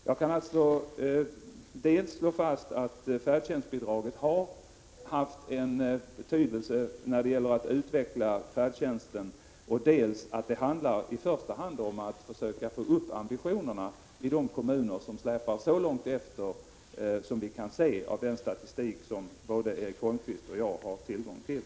Jag kan alltså slå fast att färdtjänstbidraget har haft en betydelse när det gäller att utveckla färdtjänsten men också att det i första hand handlar om att försöka få upp ambitionerna i de kommuner som släpar så långt efter, enligt vad man kan se av den statistik som både Erik Holmkvist och jag har tillgång till.